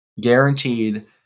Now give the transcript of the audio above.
guaranteed